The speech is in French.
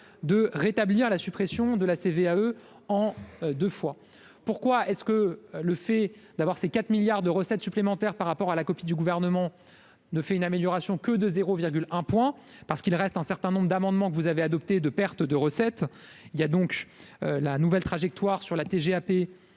de rétablir la suppression de la CVAE en deux fois pourquoi est-ce que le fait d'avoir ses 4 milliards de recettes supplémentaires par rapport à la copie du gouvernement ne fais une amélioration que de 0,1 point parce qu'il reste un certain nombre d'amendements que vous avez adopté de pertes de recettes, il y a donc la nouvelle trajectoire sur la TGAP